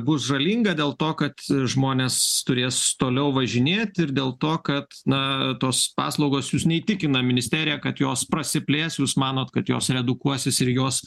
bus žalinga dėl to kad žmonės turės toliau važinėti ir dėl to kad na tos paslaugos jus neįtikina ministerija kad jos prasiplės jūs manot kad jos redukuosis ir jos